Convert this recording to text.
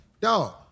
dog